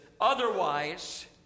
otherwise